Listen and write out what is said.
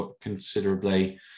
considerably